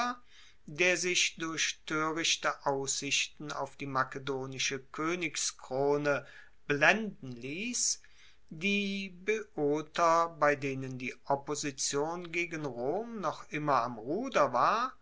der sich durch toerichte aussichten auf die makedonische koenigskrone blenden liess die boeoter bei denen die opposition gegen rom noch immer am ruder war